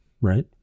right